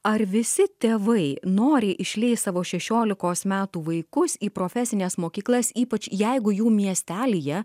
ar visi tėvai noriai išleis savo šešiolikos metų vaikus į profesines mokyklas ypač jeigu jų miestelyje